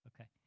Okay